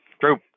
true